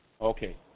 Okay